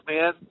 man